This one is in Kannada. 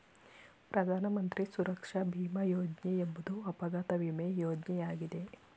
ಪ್ರಧಾನ ಮಂತ್ರಿ ಸುರಕ್ಷಾ ಭೀಮ ಯೋಜ್ನ ಎಂಬುವುದು ಅಪಘಾತ ವಿಮೆ ಯೋಜ್ನಯಾಗಿದೆ